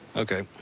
okay.